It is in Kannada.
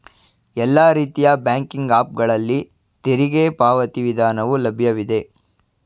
ಎಲ್ಲಾ ರೀತಿಯ ಬ್ಯಾಂಕಿಂಗ್ ಆಪ್ ಗಳಲ್ಲಿ ತೆರಿಗೆ ಪಾವತಿ ವಿಧಾನವು ಲಭ್ಯವಿದೆ